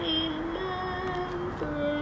Remember